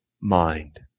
mind